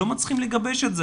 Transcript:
לא מצליחים לגבש את זה.